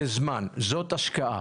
זה זמן, זאת השקעה.